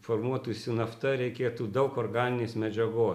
formuotųsi nafta reikėtų daug organinės medžiagos